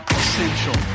essential